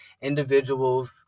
individuals